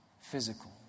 physical